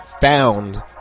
found